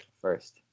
first